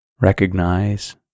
Recognize